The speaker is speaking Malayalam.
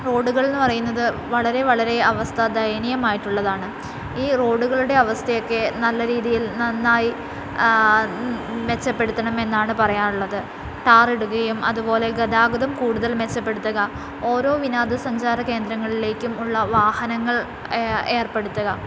റോഡുകൾ എന്നു പറയുന്നത് വളരെ വളരെ അവസ്ഥ ദയനീയം ആയിട്ടുള്ളതാണ് ഈ റോഡുകളുടെ അവസ്ഥയൊക്കെ നല്ല രീതിയിൽ നന്നായി മെച്ചപ്പെടുത്തണം എന്നാണു പറയാനുള്ളത് ടാർ ഇടുകയും അതുപോലെ ഗതാഗതം കൂടുതൽ മെച്ചപ്പെടുത്തുക ഓരോ വിനോദസഞ്ചാര കേന്ദ്രങ്ങളിലേക്കും ഉള്ള വാഹനങ്ങൾ ഏർപ്പെടുത്തുക